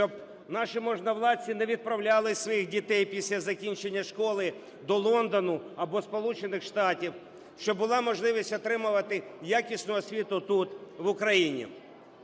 щоб наші можновладці не відправляли своїх дітей після закінчення школи до Лондона або Сполучених Штатів, щоб була можливість отримувати якісну освіту тут, в Україні.